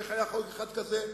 ואיך היה חוק אחד כזה,